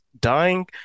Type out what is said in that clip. dying